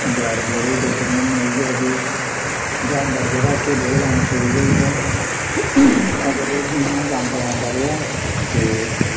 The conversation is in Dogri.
बजारै छजुरे च बी बेचने होन्ने जाइयै ते जानवर जेह्ड़ा इत्थै बौह्त आना शुरू होई गेदा अगर एह् जानवर इ'यां गै औंदा रेहा ते